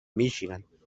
míchigan